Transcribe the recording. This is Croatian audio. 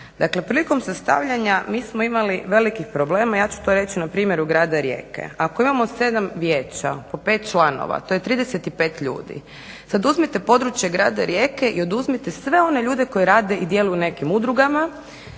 dakle prilikom sastavljanja mi smo imali velikih problema ja ću to reći na primjeru grada Rijeke. Ako imamo 7 vijeća po 5 članova to je 35 ljudi, sad uzmite područje grada Rijeke i oduzmite sve one ljude koji rade i djeluju u nekim udrugama,